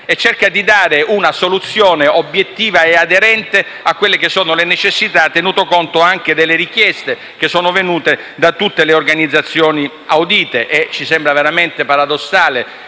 e cerca di dare una soluzione obiettiva e aderente alle necessità, tenuto conto anche delle richieste venute da tutte le organizzazioni audite. Ci sembra veramente paradossale